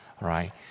right